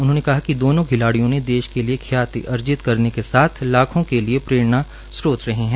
उन्होंने कहा कि दोनो खिलाडियों ने देश के लिए व्ख्याति अर्जित करने के साथ लाखों के लिए प्ररेणा स्त्रोत है